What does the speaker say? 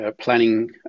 planning